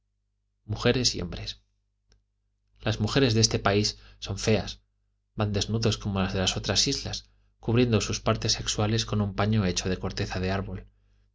mujeres y hombres las mujeres de este país son feas van desnudas como las de las otras islas cubriendo sus partes sexuales con un paño hecho de corteza de árbol